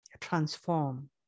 transform